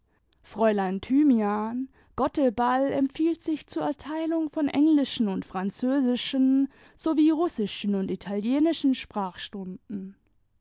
fräulein thymian gotteball empfiehlt sich zur erteilung von englischen und französischen sowie russischen imd italienischen sprachstunden